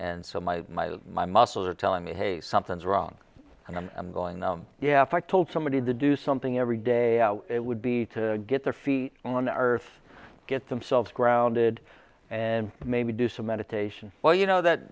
so my my my muscles are telling me hey something's wrong and i'm going on yeah fight told somebody to do something every day it would be to get their feet on earth get themselves grounded and maybe do some meditation while you know